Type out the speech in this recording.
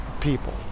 people